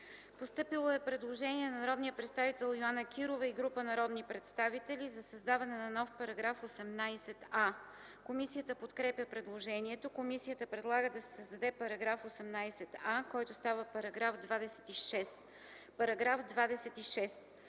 Постъпило е предложение на народния представител Йоана Кирова и група народни представители за създаване на нов § 38а. Комисията подкрепя предложението. Комисията предлага да се създаде § 38а, който става § 48 със следната